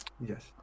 Yes